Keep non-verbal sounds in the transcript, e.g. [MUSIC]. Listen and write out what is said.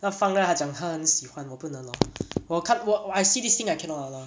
她放在她讲她很喜欢哦我不能哦 [NOISE] 我看我 I see this thing I cannot lah